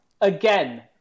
again